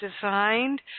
designed